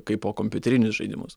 kaipo kompiuterinius žaidimus